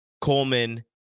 Coleman